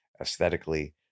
aesthetically